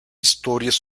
historias